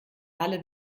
alle